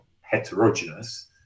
heterogeneous